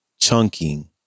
chunking